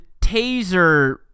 taser